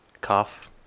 cough